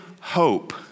hope